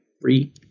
three